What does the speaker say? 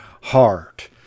heart